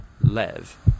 Lev